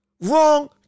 wrong